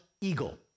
eagle